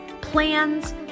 plans